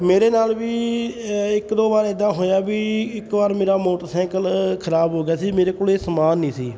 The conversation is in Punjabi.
ਮੇਰੇ ਨਾਲ ਵੀ ਇੱਕ ਦੋ ਵਾਰ ਇੱਦਾਂ ਹੋਇਆ ਵੀ ਇੱਕ ਵਾਰ ਮੇਰਾ ਮੋਟਰਸਾਈਕਲ ਖਰਾਬ ਹੋ ਗਿਆ ਸੀ ਮੇਰੇ ਕੋਲ ਇਹ ਸਮਾਨ ਨਹੀਂ ਸੀ